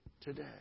today